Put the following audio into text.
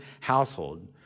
household